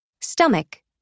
Stomach